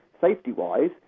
safety-wise